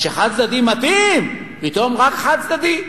כשחד-צדדי מתאים, פתאום רק חד-צדדי.